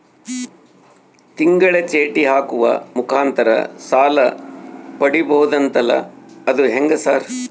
ತಿಂಗಳ ಚೇಟಿ ಹಾಕುವ ಮುಖಾಂತರ ಸಾಲ ಪಡಿಬಹುದಂತಲ ಅದು ಹೆಂಗ ಸರ್?